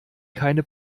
keine